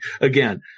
Again